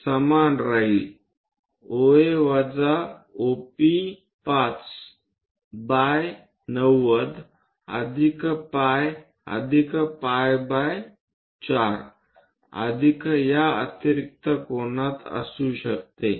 हे समान राहील OA वजा OP5 बाय 90 अधिक पाई अधिक पाई बाय 4 अधिक या अतिरिक्त कोनात असू शकते